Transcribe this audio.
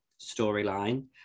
storyline